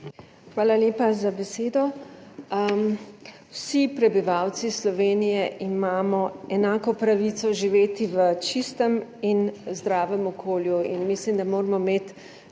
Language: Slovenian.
Hvala lepa za besedo. Vsi prebivalci Slovenije imamo enako pravico živeti v čistem in zdravem okolju